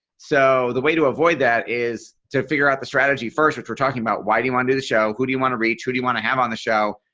so the way to avoid that is to figure out the strategy first which we're talking about why do you want to do the show. who do you want to reach? who do you want to have on the show?